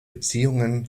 beziehungen